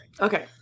Okay